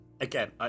Again